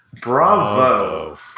bravo